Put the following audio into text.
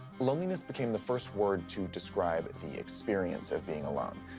loneliness became the first word to describe the experience of being alone.